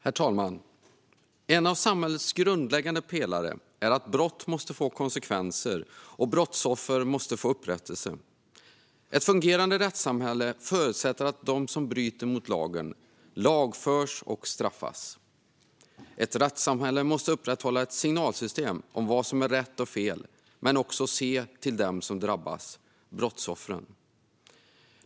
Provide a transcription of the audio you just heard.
Herr talman! En av samhällets grundläggande pelare är att brott måste få konsekvenser och att brottsoffer måste få upprättelse. Ett fungerande rättssamhälle förutsätter att de som bryter mot lagen lagförs och straffas. Ett rättssamhälle måste upprätthålla ett signalsystem om vad som är rätt och fel - men också se till dem som drabbas, brottsoffren.